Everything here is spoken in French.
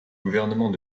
gouvernement